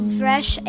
fresh